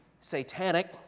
satanic